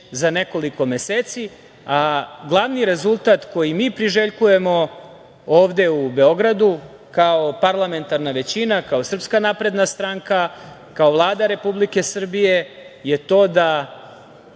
za nekoliko meseci. Glavni rezultat koji mi priželjkujemo ovde u Beogradu kao parlamentarna većina, kao SNS, kao Vlada Republike Srbije je to da